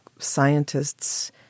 scientists